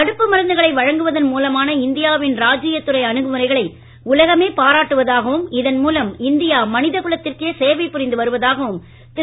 தடுப்பு மருந்துகளை வழங்குவதன் மூலமான இந்தியாவின் ராஜீயத் துறை அணுகுமுறைகளை உலகமே பாராட்டுவதாகவும் இதன் மூலம் இந்தியா மனித குலத்திற்கே சேவை புரிந்து வருவதாகவும் திரு